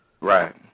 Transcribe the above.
Right